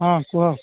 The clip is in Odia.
ହଁ କୁହ